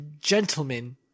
gentlemen